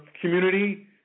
community